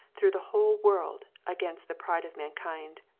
through the whole world, against the pride of mankind.